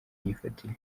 myifatire